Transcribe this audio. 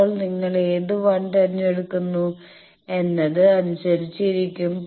ഇപ്പോൾ നിങ്ങൾ ഏത് 1 തിരഞ്ഞെടുക്കുന്നു എന്നത് അനുസരിച്ചിരിക്കും